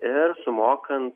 ir sumokant